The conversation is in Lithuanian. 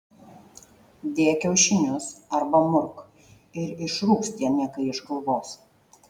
dėk kiaušinius arba murk ir išrūks tie niekai iš galvos